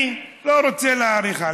אני לא רוצה להאריך.